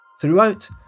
Throughout